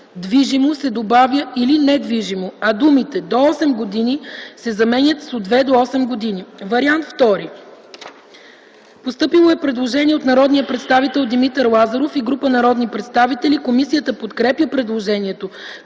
„движимо” се добавя „или недвижимо”, а думите „до осем години” се заменят с „от две до осем години”.” По вариант втори е постъпило предложение от народния представител Димитър Лазаров и група народни представители. Комисията подкрепя предложението.